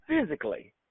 physically